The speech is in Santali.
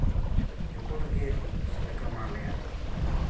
ᱡᱚᱛᱚ ᱨᱮᱜᱮ ᱥᱚᱸᱜᱮ ᱠᱚ ᱮᱢᱟᱞᱮᱭᱟ